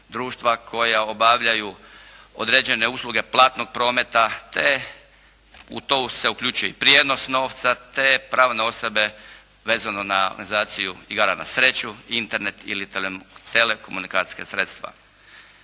koja obavljaju određene usluge platnog prometa, te u to se uključuje i prijenos novca, te pravne osobe vezano na organizaciju igara na sreću, Internet ili telekomunikacijska sredstva.